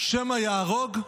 שמא יהרוג,